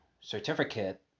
certificate